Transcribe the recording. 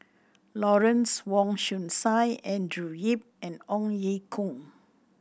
Lawrence Wong Shyun Tsai Andrew Yip and Ong Ye Kung